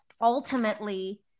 ultimately